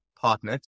partner